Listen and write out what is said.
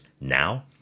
Now